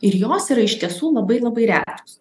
ir jos yra iš tiesų labai labai retos